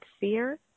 fear